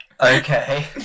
Okay